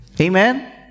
Amen